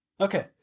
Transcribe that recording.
Okay